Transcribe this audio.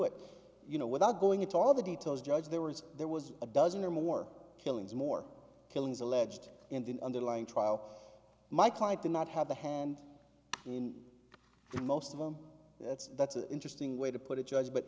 it you know without going into all the details judge there was there was a dozen or more killings more killings alleged in the underlying trial my client did not have a hand in most of them that's that's an interesting way to put it judge but